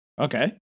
okay